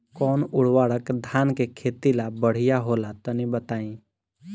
कौन उर्वरक धान के खेती ला बढ़िया होला तनी बताई?